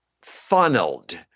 funneled